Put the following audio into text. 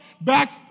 back